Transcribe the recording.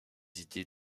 idées